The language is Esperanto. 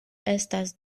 estas